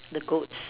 the goat